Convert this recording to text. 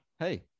Hey